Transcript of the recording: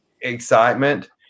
excitement